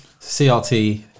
CRT